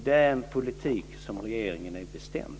Det är en politik där regeringen är bestämd.